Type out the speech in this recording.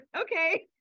okay